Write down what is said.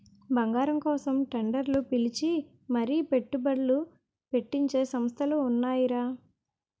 బంగారం కోసం టెండర్లు పిలిచి మరీ పెట్టుబడ్లు పెట్టించే సంస్థలు ఉన్నాయిరా